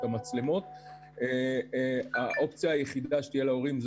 המשק היו בידיים של הגנים הפרטיים.